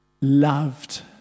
loved